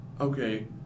okay